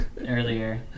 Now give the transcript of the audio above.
earlier